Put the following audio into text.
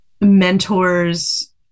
mentors